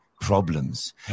problems